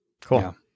cool